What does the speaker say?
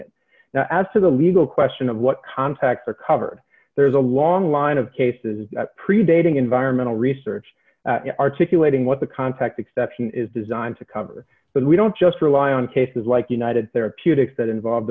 it now as to the legal question of what contacts are covered there's a long line of cases predating environmental research articulating what the contact exception is designed to cover but we don't just rely on cases like united therapeutics that involve